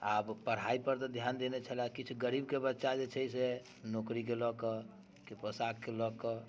आब पढ़ाइपर तऽ ध्यान देने छलय किछु गरीबके बच्चा जे छै से नौकरीके लऽ कऽ कि पोशाकके लऽ कऽ